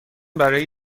برای